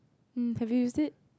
hm have you used it